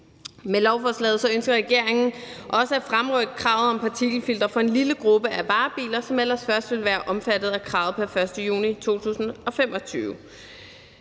Med lovforslaget ønsker regeringen også at fremrykke kravet om partikelfiltre for en lille gruppe af varebiler, som ellers først ville være omfattet af kravet pr. 1. juli 2025.